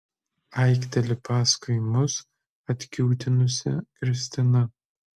aikteli paskui mus atkiūtinusi kristina